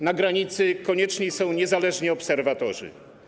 Na granicy konieczni są niezależni obserwatorzy.